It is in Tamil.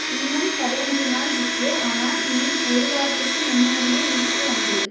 இன்னும் பதினைஞ்சி நாளிருக்கு ஆனால் நீ ஒரு வாரத்துக்கு முன்னாடியே வீட்டுக்கு வந்துடு